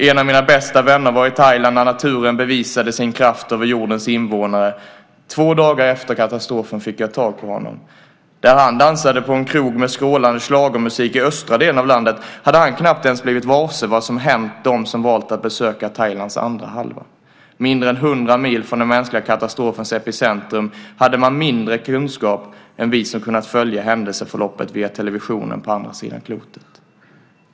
En av mina bästa vänner var i Thailand när naturen bevisade sin kraft över jordens invånare. Två dagar efter katastrofen fick jag tag på honom. Där han dansade på en krog med skrålande schlagermusik i östra delen av landet hade han knappt ens blivit varse vad som hänt dem som valt att besöka Thailands andra halva. Mindre än hundra mil från den mänskliga katastrofens epicentrum hade man mindre kunskap än vi som kunnat följa händelseförloppet via televisionen på andra sidan klotet.